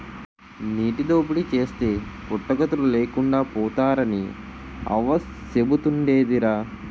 నీటి దోపిడీ చేస్తే పుట్టగతులు లేకుండా పోతారని అవ్వ సెబుతుండేదిరా